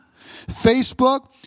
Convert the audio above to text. Facebook